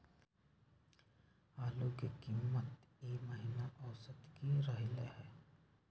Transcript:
आलू के कीमत ई महिना औसत की रहलई ह?